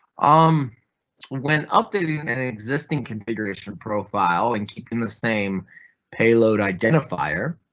um when updating an existing configuration profile and keeping the same payload identifier.